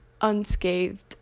unscathed